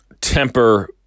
temper